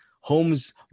Homes